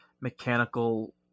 mechanical